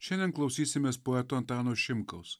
šiandien klausysimės poeto antano šimkaus